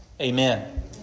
Amen